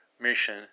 mission